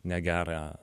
ne gerą